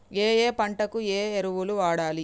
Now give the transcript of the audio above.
ఏయే పంటకు ఏ ఎరువులు వాడాలి?